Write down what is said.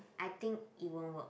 I think it won't work